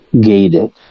gated